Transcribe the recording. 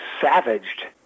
savaged